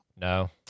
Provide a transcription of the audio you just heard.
No